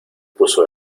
puso